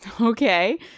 Okay